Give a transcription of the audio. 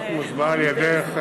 אני מזמין את חבר הכנסת ישראל כץ,